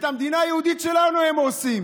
את המדינה היהודית שלנו הם הורסים.